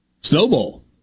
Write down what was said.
snowball